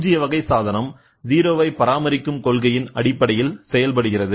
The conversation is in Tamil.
பூஜ்ஜிய வகை சாதனம் ஜீரோவை பராமரிக்கும் கொள்கையின் அடிப்படையில் செயல்படுகிறது